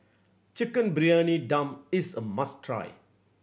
Chicken Briyani Dum is a must try